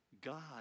God